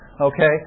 okay